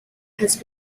has